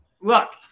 look